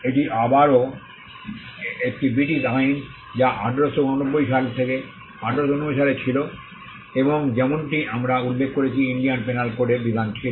এটি আবারও একটি ব্রিটিশ আইন যা 1889 সাল থেকে 1889 সালে ছিল এবং যেমনটি আমরা উল্লেখ করেছি যে ইন্ডিয়ান পেনাল কোড এর বিধান ছিল